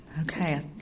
Okay